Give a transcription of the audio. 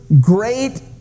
great